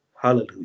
Hallelujah